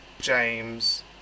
James